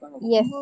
Yes